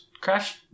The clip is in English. Crash